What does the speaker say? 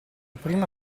prima